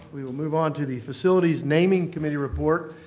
we will move on to the facilities naming committee report.